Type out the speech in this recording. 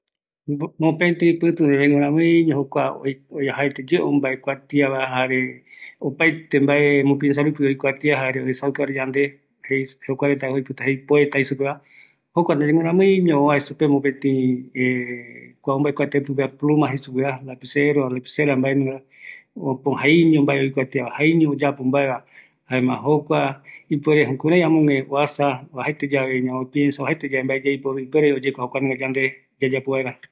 ﻿Mbo Mopëtï pïtupe guiramiiño jokua, oajaeteye ombaekuatiava jare, opaete oikuarupi oikuatia jare oesaukavaera yande je, jokuaretako oipota jei, poetra jei supeva, jokua ndaye ovae supe guiramiiño mopeti kua ombaekuatia pipeva pluma jeisupe, lapicero, lapicesa mbaenungara, äpo, jaiño mbae oikuatiava, jaiño oyapo mbaeva jaema jokua ipuere jukurai oasa amogue, mbaetiyave mbae ñamopiensa, oajaete yave mbae yaiporu oyekua jokua yande yayapo vaera